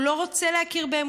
הוא לא רוצה להכיר בהם,